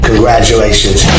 Congratulations